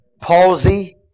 Palsy